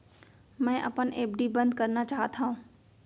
मै अपन एफ.डी बंद करना चाहात हव